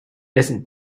isn’t